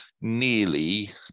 nearly